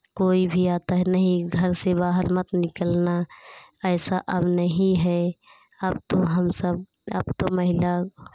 कोई भी आता है नहीं घर से बाहर मत निकलना ऐसा अब नहीं है अब तो हम सब अब तो महिला